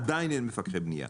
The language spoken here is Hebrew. ועדיין אין מפקחי בנייה.